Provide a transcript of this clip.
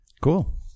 Cool